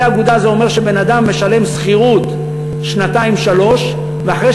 בתי אגודה זה אומר שבן-אדם משלם שכירות שנתיים-שלוש ואחרי